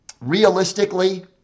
Realistically